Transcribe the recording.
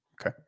Okay